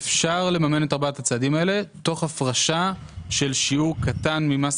אפשר לממן את ארבעת הצעדים האלה תוך הפרשה של שיעור קטן ממס